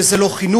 וזה לא חינוך,